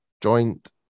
joint